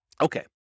Okay